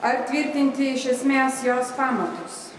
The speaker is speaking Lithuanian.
ar tvirtinti iš esmės jos pamatus